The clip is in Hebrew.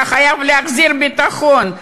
אתה חייב להחזיר את הביטחון,